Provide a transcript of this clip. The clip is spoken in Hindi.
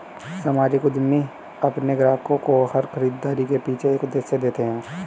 सामाजिक उद्यमी अपने ग्राहकों को हर खरीदारी के पीछे एक उद्देश्य देते हैं